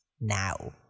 now